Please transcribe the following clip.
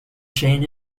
chain